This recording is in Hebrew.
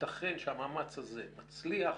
ייתכן שהמאמץ הזה מצליח,